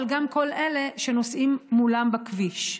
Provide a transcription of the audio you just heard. אבל גם כל אלה שנוסעים מולם בכביש.